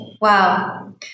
Wow